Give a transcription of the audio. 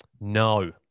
no